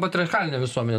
patriarchalinė visuomenė